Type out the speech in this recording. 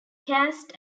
cast